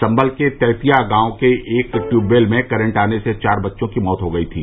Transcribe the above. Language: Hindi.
संभल के तैतिया गांव के एक ट्यूबवेल में करेंट आने से चार बच्चों की मौत हो गई थी